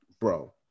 bro